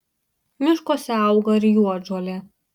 miškuose auga ir juodžolė